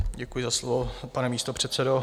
Děkuji za slovo, pane místopředsedo.